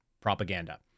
propaganda